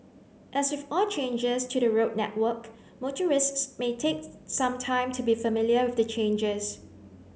as with all changes to the road network motorists may take some time to be familiar with the changes